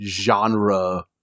genre